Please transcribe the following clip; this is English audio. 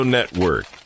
Network